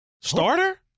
Starter